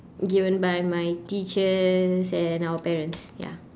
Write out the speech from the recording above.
given by my teachers and our parents ya